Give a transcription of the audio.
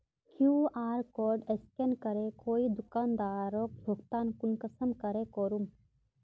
QR code scan करे कोई दुकानदारोक भुगतान कुंसम करे करूम?